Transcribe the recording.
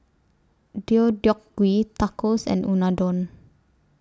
Deodeok Gui Tacos and Unadon